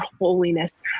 holiness